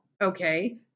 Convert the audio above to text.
okay